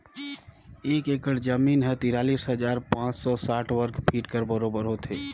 एक एकड़ जमीन ह तिरालीस हजार पाँच सव साठ वर्ग फीट कर बरोबर होथे